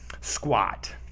Squat